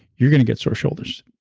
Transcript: you're going to get sore shoulders.